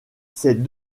ces